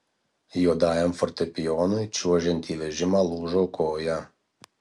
juodajam fortepijonui čiuožiant į vežimą lūžo koja